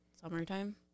Summertime